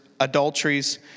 Adulteries